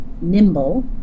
nimble